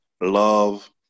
love